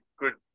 good